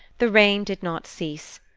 the rain did not cease.